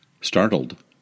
Startled